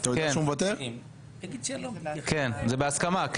זה בהסכמה.